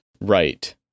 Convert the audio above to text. Right